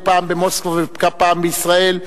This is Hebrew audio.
ופעם במוסקבה ופעם בישראל,